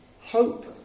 Hope